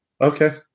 Okay